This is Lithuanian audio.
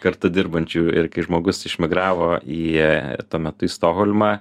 kartu dirbančių ir kai žmogus išmigravo į tuo metu į stokholmą